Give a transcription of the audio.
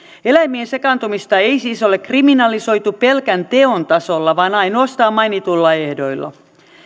eläimiin sekaantumista ei siis ole kriminalisoitu pelkän teon tasolla vaan ainoastaan mainituilla ehdoilla